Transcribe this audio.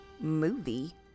movie